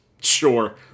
Sure